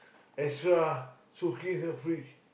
extra so keep in the fridge